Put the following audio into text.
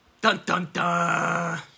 Dun-dun-dun